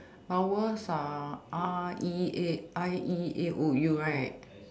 vowels are A E A I E A O U right